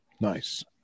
nice